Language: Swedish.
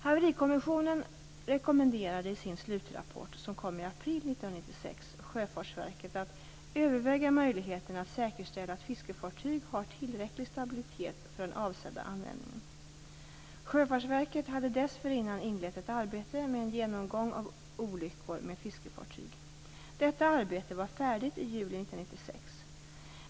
Haverikommissionen rekommenderade i sin slutrapport från april 1996 Sjöfartsverket att "överväga möjligheterna att säkerställa att fiskefartyg har tillräcklig stabilitet för den avsedda användningen". Sjöfartsverket hade dessförinnan inlett ett arbete med en genomgång av olyckor med fiskefartyg. Detta arbete var färdigt i juli 1996.